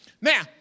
Now